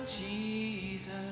Jesus